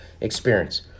experience